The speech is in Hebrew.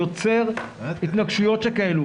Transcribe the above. יוצר התנגשויות שכאלה,